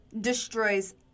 destroys